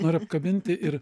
noriu apkabinti ir